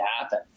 happen